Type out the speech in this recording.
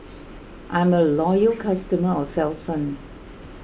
I'm a loyal customer of Selsun